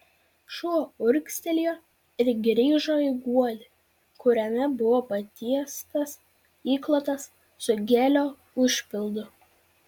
šuo urgztelėjo ir grįžo į guolį kuriame buvo patiestas įklotas su gelio užpildu